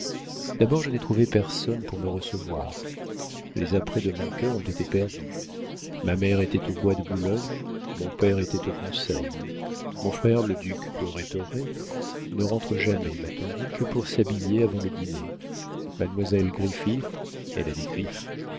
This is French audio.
d'abord je n'ai trouvé personne pour me recevoir les apprêts de mon cœur ont été perdus ma mère était au bois de boulogne mon père était au conseil mon frère le duc de rhétoré ne rentre jamais m'a-t-on dit que pour s'habiller avant le dîner mademoiselle griffith elle a des griffes